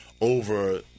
over